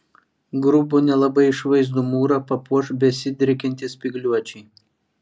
grubų nelabai išvaizdų mūrą papuoš besidriekiantys spygliuočiai